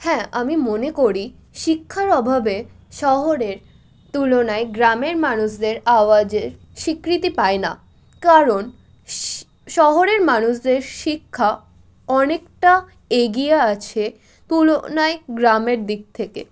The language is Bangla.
হ্যাঁ আমি মনে করি শিক্ষার অভাবে শহরের তুলনায় গ্রামের মানুষদের আওয়াজে স্বীকৃতি পায় না কারণ শহরের মানুষদের শিক্ষা অনেকটা এগিয়ে আছে তুলনায় গ্রামের দিক থেকে